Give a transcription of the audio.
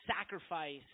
sacrifice